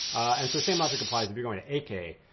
and so same logic applies if you're going to eight k,